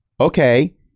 Okay